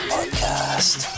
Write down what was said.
Podcast